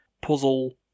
puzzle